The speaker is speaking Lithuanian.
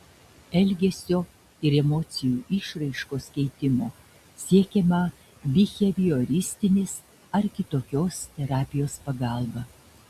elgesio ir emocijų išraiškos keitimo siekiama bihevioristinės ar kitokios terapijos pagalba